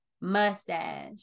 mustache